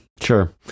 sure